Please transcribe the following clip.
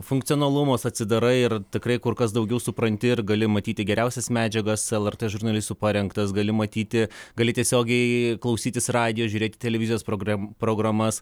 funkcionalumas atsidarai ir tikrai kur kas daugiau supranti ir gali matyti geriausias medžiagas lrt žurnalistų parengtas gali matyti gali tiesiogiai klausytis radijo žiūrėti televizijos program programas